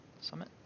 summit